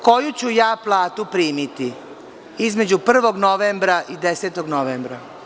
Koju ću ja platu primiti između 1. novembra i 10. novembra?